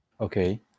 Okay